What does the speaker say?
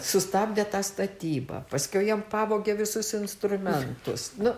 sustabdė tą statybą paskiau jiem pavogė visus instrumentus nu